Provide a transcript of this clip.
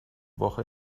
woche